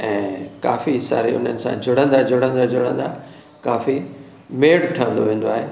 ऐं काफ़ी सारे उन्हनि सां जुड़ंदा जुड़ंदा जुड़ंदा काफ़ी मेल ठवंदो वेंदो आहे